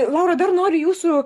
laura dar noriu jūsų